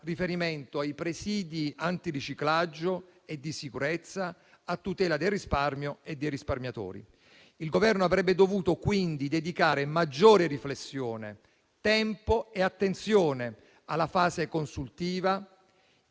riferimento ai presidi antiriciclaggio e di sicurezza a tutela del risparmio e dei risparmiatori. Il Governo avrebbe dovuto quindi dedicare maggior riflessione, tempo e attenzione alla fase consultiva,